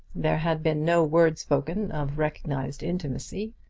there had been no word spoken of recognised intimacy.